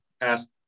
ask